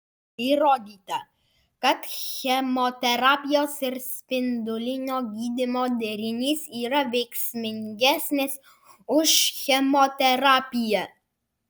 įrodyta kad chemoterapijos ir spindulinio gydymo derinys yra veiksmingesnis už chemoterapiją